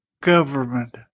government